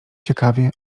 ciekawie